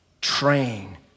Train